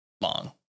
long